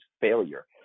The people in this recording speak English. failure